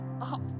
up